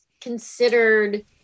considered